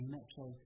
Metro